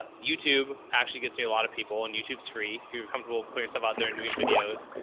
ah youtube actually gets me a lot of people and youtube is free. if you're comfortable, put yourself out there and doing videos.